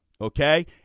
Okay